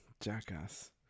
Jackass